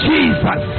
Jesus